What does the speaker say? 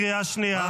קריאה שנייה.